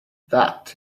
that